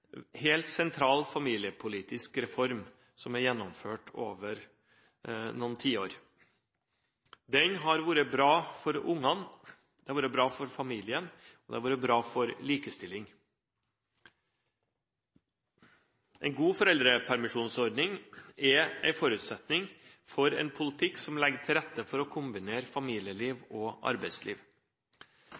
helt sentral familiepolitisk reform som er gjennomført over noen tiår. Den har vært bra for ungene, den har vært bra for familien, den har vært bra for likestilling. En god foreldrepermisjonsordning er en forutsetning for en politikk som legger til rette for å kombinere familieliv og arbeidsliv.